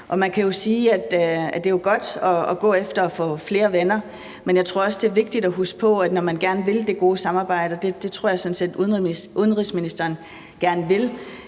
Man kan jo sige, at det er godt at gå efter at få flere venner, men jeg tror også, at det er vigtigt at huske på, at når man gerne vil det gode samarbejde, og det tror jeg sådan set udenrigsministeren gerne vil,